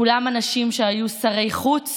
כולם אנשים שהיו שרי חוץ